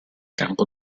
campo